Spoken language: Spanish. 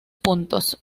puntos